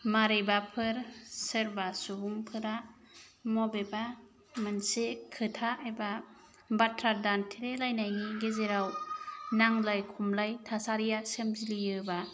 माबोरैबाफोर सोरबा सुबंफोरा बबेबा मोनसे खोथा एबा बाथ्रा दान्थेलायनायनि गेजेराव नांज्लाय खमलाय थासारिया सोमजियोब्ला